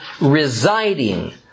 residing